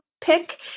pick